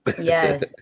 Yes